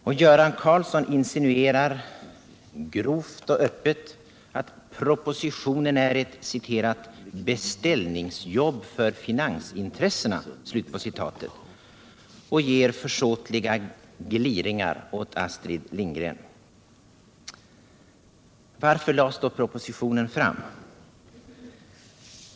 — och Göran Karlsson insinuerar grovt och öppet att propositionen är ett ”beställningsjobb för finansintressena” och ger försåtliga gliringar åt Astrid Lindgren. Varför lades då propositionen fram?